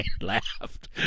laughed